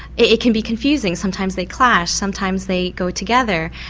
it can be confusing, sometimes they clash, sometimes they go together.